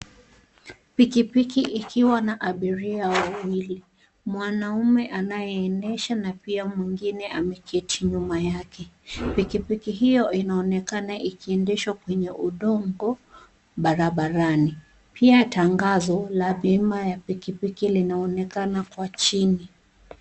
Pikipiki ikiwa na abiria wawili, mwanaume anayeendesha na pia mwingine ameketi nyuma yake. Pikipiki hiyo inaonekana ikiendeshwa kwenye udongo barabarani. Pia tangazo la bima ya pikipiki linaonekana kwa chini.